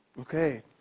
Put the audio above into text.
okay